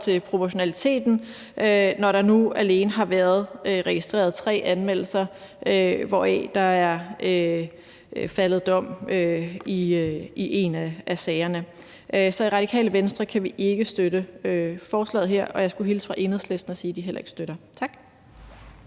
med proportionaliteten, når der nu alene har været registreret tre anmeldelser, hvoraf der er faldet dom i én af sagerne. Så i Radikale Venstre kan vi ikke støtte forslaget her, og jeg skulle hilse fra Enhedslisten og sige, at de heller ikke støtter det.